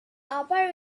upper